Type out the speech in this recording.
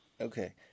Okay